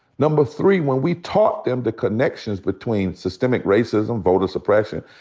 number three, when we taught them the connections between systematic racism, voter suppression,